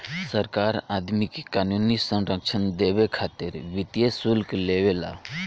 सरकार आदमी के क़ानूनी संरक्षण देबे खातिर वित्तीय शुल्क लेवे ला